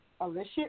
Alicia